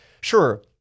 sure